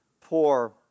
poor